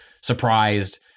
surprised